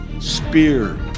Speared